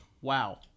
Wow